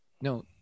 No